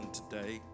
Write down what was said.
today